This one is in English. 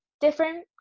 different